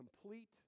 complete